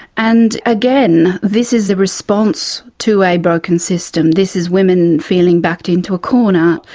and again, this is the response to a broken system, this is women feeling backed into a corner.